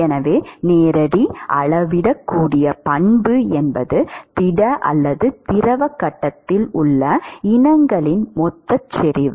எனவே நேரடி அளவிடக்கூடிய பண்பு என்பது திட அல்லது திரவ கட்டத்தில் உள்ள இனங்களின் மொத்த செறிவு